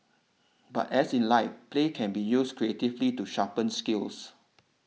but as in life play can be used creatively to sharpen skills